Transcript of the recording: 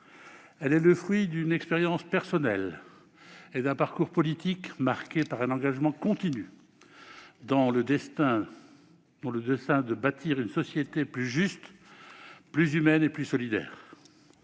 texte est le fruit d'une expérience personnelle et d'un parcours politique marqué par un engagement continu, dans le dessein de bâtir une société plus juste, plus humaine et plus solidaire.